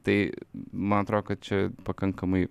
tai man atro kad čia pakankamai